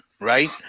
right